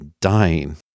dying